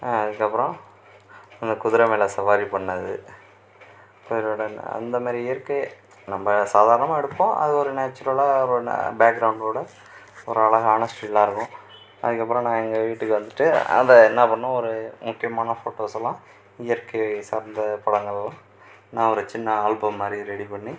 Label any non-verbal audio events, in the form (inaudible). அதுக்கு அப்புறம் அந்த குதிர மேலே சவாரி பண்ணது (unintelligible) அந்தமாதிரி இயற்கை நம்ம சாதாரணமாக எடுப்போம் அது ஒரு நேச்சுரலாக ஒரு பேக்கிரவுண்டோட ஒரு அழகான ஸ்டில்லாக இருக்கும் அதுக்கு அப்புறம் நான் எங்கள் வீட்டுக்கு வந்துவிட்டு அதை என்ன பண்ணுவேன் ஒரு முக்கியமான ஃபோட்டோசெல்லாம் இயற்கை சார்ந்த படங்கள்லாம் நான் ஒரு சின்ன ஆல்பம் மாதிரி ரெடி பண்ணி